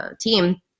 team